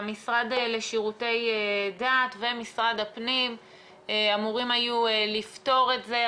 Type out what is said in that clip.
המשרד לשירותי דת ומשרד הפנים היו אמורים לפתור את זה,